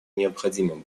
необходимо